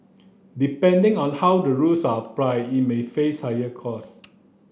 depending on how the rules are applied it may face higher cost